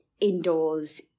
indoors